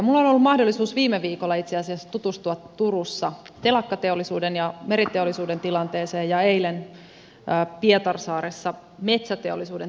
minulla on ollut mahdollisuus viime viikolla itse asiassa tutustua turussa telakkateollisuuden ja meriteollisuuden tilanteeseen ja eilen pietarsaaressa metsäteollisuuden tilanteeseen